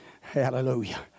Hallelujah